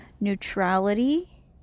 neutrality